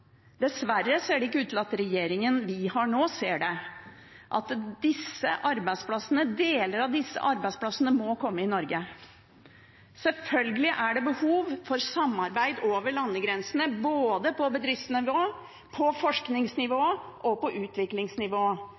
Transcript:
Dessverre ser det ikke ut til at regjeringen vi har nå, ser at deler av disse arbeidsplassene må komme i Norge. Selvfølgelig er det behov for samarbeid over landegrensene både på bedriftsnivå, på forskningsnivå og på utviklingsnivå,